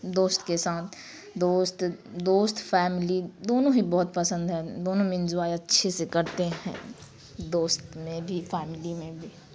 دوست کے ساتھ دوست دوست فیملی دونوں ہی بہت پسند ہیں دونوں میں انجوائے اچھے سے کرتے ہیں دوست میں بھی فیملی میں بھی